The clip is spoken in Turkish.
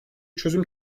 çözüm